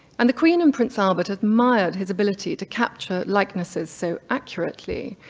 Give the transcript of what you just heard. and the queen and prince albert admired his ability to capture likenesses so accurately.